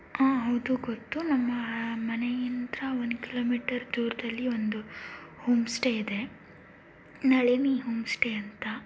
ಹಾನ್ ಹೌದು ಗೊತ್ತು ನಮ್ಮ ಮನೆಯಿಂದ ಒಂದು ಕಿಲೋಮೀಟರ್ ದೂರದಲ್ಲಿ ಒಂದು ಹೋಮ್ ಸ್ಟೇ ಇದೆ ನಳಿನಿ ಹೋಮ್ ಸ್ಟೇ ಅಂತ